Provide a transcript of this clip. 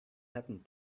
happened